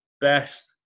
best